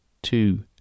two